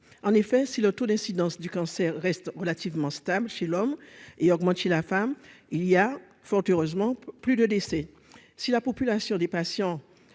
en effet, si le taux d'incidence du cancer reste relativement stables chez l'homme et augmente chez la femme, il y a fort heureusement plus de décès si la population des patients